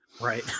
Right